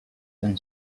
than